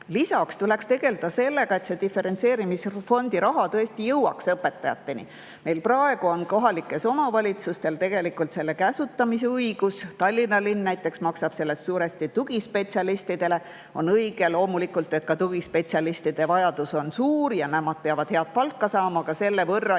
Lisaks tuleks tegelda sellega, et see diferentseerimisfondi raha tõesti jõuaks õpetajateni. Praegu on kohalikel omavalitsustel selle raha käsutamise õigus. Tallinna linn näiteks maksab sellest suuresti tugispetsialistidele. See on loomulikult ka õige, sest tugispetsialistide vajadus on suur ja nemad peavad head palka saama. Aga selle võrra